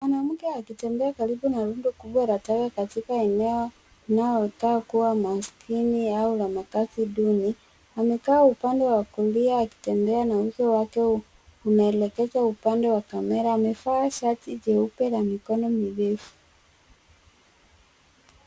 Mwanamke akitembea karibu na rundo kubwa la taka katika eneo linalokaa kuwa maskini au la makazi duni. Amekaa upande wa kulia akitembea na uso wake unaelekezwa upande wa kamera. Amevaa shati jeupe la mikono mirefu.